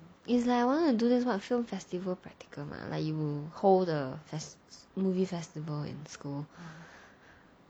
it's like I want to do this what film festival practical mah like you will hold the fest~ movie festival in school